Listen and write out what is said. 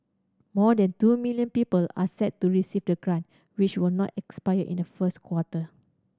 more than two million people are set to receive the grant which will not expire in the first quarter